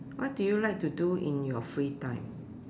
what do you like to do in your free time